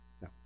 No